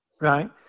Right